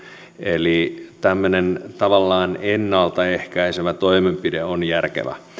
eli tämmöinen tavallaan ennalta ehkäisevä toimenpide on järkevä